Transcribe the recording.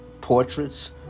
portraits